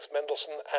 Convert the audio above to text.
Mendelssohn